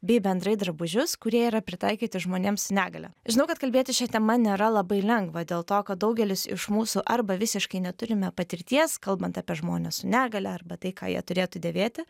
bei bendrai drabužius kurie yra pritaikyti žmonėm su negalia žinau kad kalbėti šia tema nėra labai lengva dėl to kad daugelis iš mūsų arba visiškai neturime patirties kalbant apie žmones su negalia arba tai ką jie turėtų dėvėti